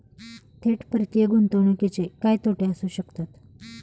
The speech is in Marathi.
थेट परकीय गुंतवणुकीचे काय तोटे असू शकतात?